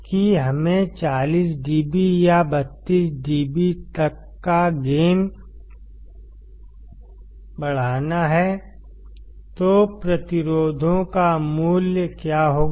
कि हमें 40 DB या 32 DB तक गेन बढ़ाना है तो प्रतिरोधों का मूल्य क्या होगा